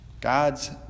God's